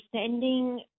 sending